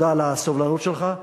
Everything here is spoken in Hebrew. תודה על הסובלנות שלך.